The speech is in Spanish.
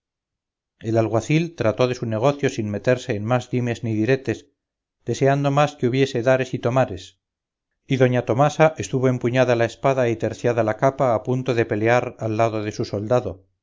el alguacil trató de su negocio sin meterse en más dimes ni diretes deseando más que hubiese dares y tomares y doña tomasa estuvo empuñada la espada y terciada la capa a punto de pelear al lado de su soldado